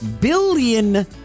billion